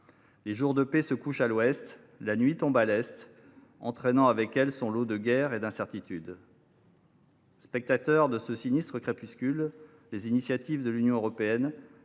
Les jours de paix se couchent à l’ouest ; la nuit tombe à l’est, entraînant avec elle son lot de guerres et d’incertitudes. Spectateurs de ce sinistre crépuscule, nous devons unanimement